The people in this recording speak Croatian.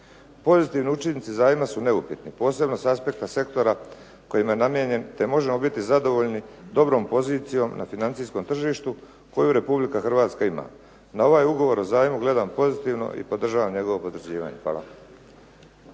Pozitivni učinci zajma su neupitni, posebno sa aspekta sektora kojim je namijenjen, te možemo biti zadovoljni dobrom pozicijom na financijskom tržištu koju Republika Hrvatska ima. Na ovaj ugovor o zajmu gledam pozitivno i podržavam njegovo potvrđivanje. Hvala.